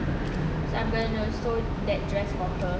so I'm gonna sew that dress for her